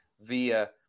via